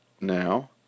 Now